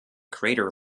crater